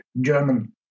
German